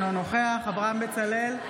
אינו נוכח אברהם בצלאל,